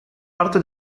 parte